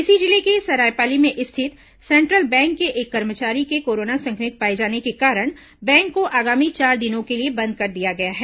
इसी जिले के सरायपाली में स्थित सेंट्रल बैंक के एक कर्मचारी के कोरोना संक्रमित पाए जाने के कारण बैंक को आगामी चार दिनों के लिए बंद कर दिया गया है